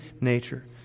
nature